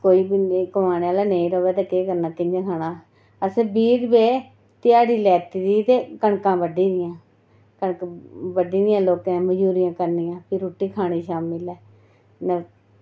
ते कोई बी कमानै आह्ला नेईं र'वै ते केह् करना कि'यां खाना असें बीह् रपेऽ ध्याड़ी लैती दी ते कनकां बड्ढी दियां ते कनक बड्ढी दियां लोकें दे ते मजबूरियां करनियां फिर रुट्टी खानी शामी लै